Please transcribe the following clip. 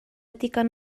digon